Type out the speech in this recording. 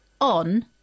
on